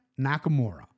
Nakamura